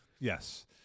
Yes